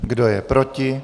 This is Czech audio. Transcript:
Kdo je proti?